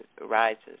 arises